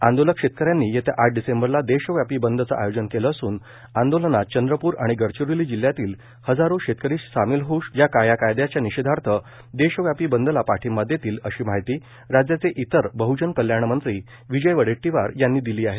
आंदोलक शेतकऱ्यांनी येत्या आठ डिसेंबरला देशव्यापी बंदचं आयोजन केलं असून आंदोलनात चंद्रपूर आणि गडचिरोली जिल्ह्यातील हजारो शेतकरी सामील होऊन या काळ्या कायदयाच्या निषेधार्थ देशव्यापी बंदला पाठिंबा देतील अशी माहिती राज्याचे इतर बहजन कल्याणमंत्री विजय वडेट्टीवार यांनी दिली आहे